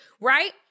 right